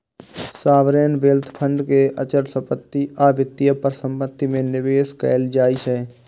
sovereign wealth fund के अचल संपत्ति आ वित्तीय परिसंपत्ति मे निवेश कैल जाइ छै